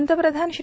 पंतप्रधान श्री